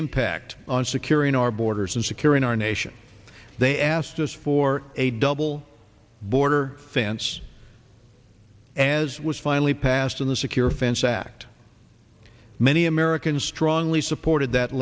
impact on securing our borders and securing our nation they asked us for a double border fence as was finally passed in the secure fence act many americans strongly supported that